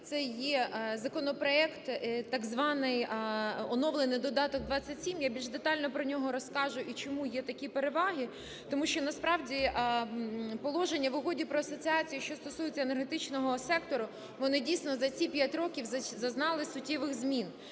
це є законопроект, так званий оновлений Додаток 27. Я більш детально про нього розкажу, і чому є такі переваги. Тому що, насправді, положення в Угоді про асоціацію, що стосується енергетичного сектору, вони, дійсно, за ці 5 років зазнали суттєвих змін.